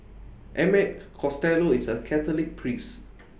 Emmett Costello is A Catholic priest